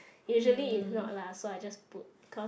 usually it's not lah so I just put cause